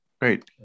great